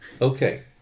Okay